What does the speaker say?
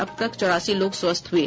अब तक चौरासी लोग स्वस्थ हुये